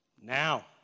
Now